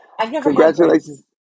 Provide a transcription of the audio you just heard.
Congratulations